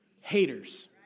Haters